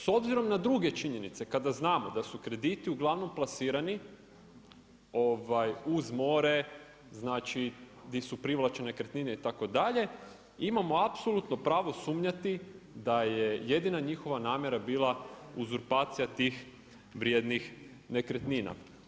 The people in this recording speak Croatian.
S obzirom na druge činjenice kada znamo da su krediti uglavnom plasirani uz more, gdje su privlačne nekretnine itd. imamo apsolutno pravo sumnjati da je jedina njihova namjera bila uzurpacija tih vrijednih nekretnina.